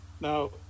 now